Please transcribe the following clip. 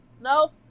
No